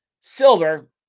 Silver